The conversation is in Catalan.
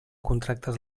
contractes